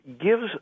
gives